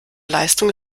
leistung